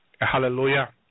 Hallelujah